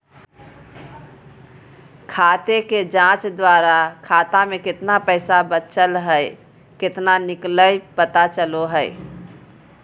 खाते के जांच द्वारा खाता में केतना पैसा बचल हइ केतना निकलय पता चलो हइ